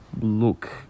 look